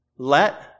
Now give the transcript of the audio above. Let